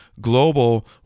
Global